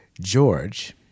George